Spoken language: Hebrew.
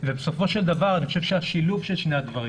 בסופו של דבר אני חושב שהשילוב של שני הדברים